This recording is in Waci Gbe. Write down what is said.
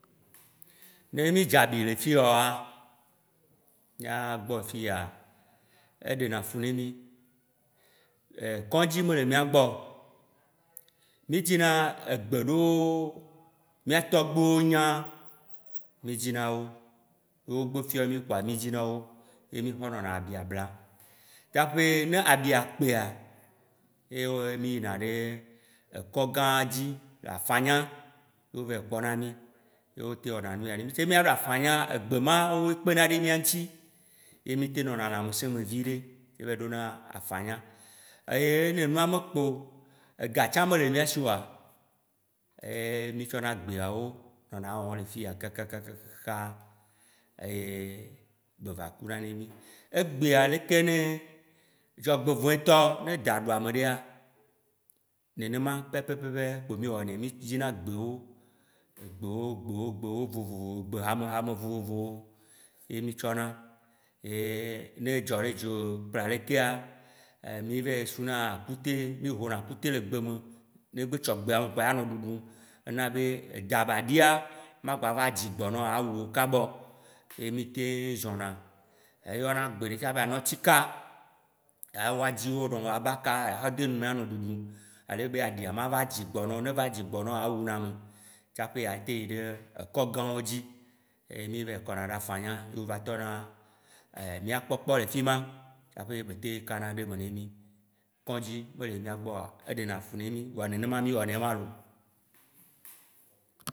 Ne mì dze abi le fiyawoa, mìa gbɔ fiya, eɖe na fu ne mì, kɔ̃dzi me le mìa gbɔ. Mì dzina egbe ɖewo mìa tɔgbuiwo nya, mì dzina wo, wo gbe fiɔ mì kpoa mì dzina wo ye mì xɔ nɔna abia blam. Tsaƒe ne abia kpea, ye wo mì yina ɖe kɔ̃gãdzi le afanya ye wo va yi kpɔ na mi. Ye wo teŋ wɔna nu ya ne mì tse mìaɖo afanya, egbe mawoe kpena ɖe mìa ŋti ye mì tem nɔna lãmesī me viɖe tse va yi ɖona afanya, eye ne nua mekpe o, ega tsã mele mìasi oa, ye mì tsɔna gbeawo nɔna wɔ̃ le fiya kakakakakaaaa ye be va kuna ne mì. Egbea leke ne dzɔgbevɔ̃etɔ ne dã ɖu ameɖea, nenema pɛpɛpɛ gbewo mì wo ne mì dzina gbewo, gbewo, gbewo gbewo vovovovo, gbe hame hame vovovowo, ye mì tsɔna ye ne dzɔ ɖe dziwo kpla ɖekea mì va yi suna akutey, mì hona akutey le gbe me ne gbe tsɔ gbea kpo ya nɔ ɖuɖum, ana be edã ba ɖia, magba va dzi gbɔ na wó awu wo kaba o. Ye mìtem, wo yɔna gbe ɖe tsã be anɔtsika, woa dzi wo nɔ ye abaka atsɔ ade nu me anɔ ɖuɖum ale be aɖia mava dzi gbɔ na wò, ne va dzi gbɔ na mea, ewu na ame, tsaƒe atem yi ɖe kɔ̃gãwo dzi, mì va yi kɔna ɖe afanya ye wo va tɔna mìa kpɔkpɔ le fima tsaƒe be tem kana ɖe eme na mì. Kɔ̃dzi mele mìagbɔ oa eɖe nafu ne mì, vɔa nenema mì wɔnɛ ma loo